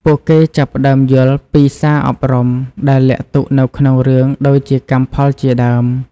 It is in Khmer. ពួកគេចាប់ផ្តើមយល់ពីសារអប់រំដែលលាក់ទុកនៅក្នុងរឿងដូចជាកម្មផលជាដើម។